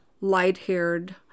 light-haired